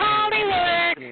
Hollywood